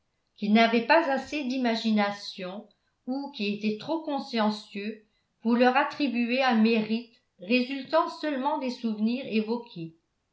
qui n'avait pas assez d'imagination ou qui était trop consciencieux pour leur attribuer un mérite résultant seulement des souvenirs évoqués